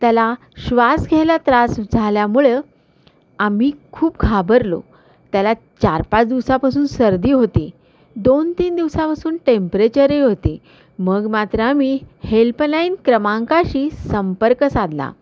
त्याला श्वास घ्यायला त्रास झाल्यामुळं आम्ही खूप घाबरलो त्याला चार पाच दिवसापासून सर्दी होती दोन तीन दिवसापासून टेम्परेचरही होते मग मात्र आम्ही हेल्पलाईन क्रमांकाशी संपर्क साधला